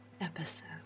episode